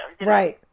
right